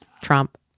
Trump